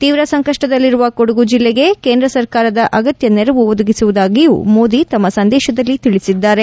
ತೀವ್ರ ಸಂಕಷ್ನದಲ್ಲಿರುವ ಕೊಡಗು ಜಿಲ್ಲೆಗೆ ಕೇಂದ್ರ ಸರ್ಕಾರದ ಅಗತ್ನ ನೆರವು ಒದಗಿಸುವುದಾಗಿಯೂ ಮೋದಿ ತಮ್ನ ಸಂದೇಶದಲ್ಲಿ ತಿಳಿಸಿದ್ದಾರೆ